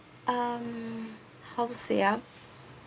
um how to say ah